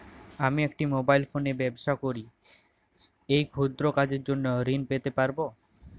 আমি একটি মোবাইল ফোনে ব্যবসা করি এই ক্ষুদ্র কাজের জন্য ঋণ পেতে পারব?